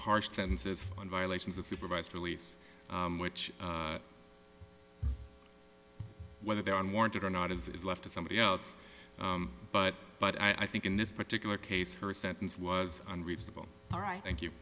harsh sentences and violations of supervised release which whether they are unwarranted or not is left to somebody else but but i think in this particular case her sentence was unreasonable all right thank you